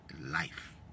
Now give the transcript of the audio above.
life